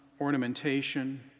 ornamentation